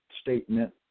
statement